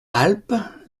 alpes